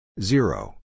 Zero